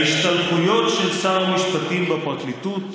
למחות על ההשתלחויות של שר המשפטים בפרקליטות,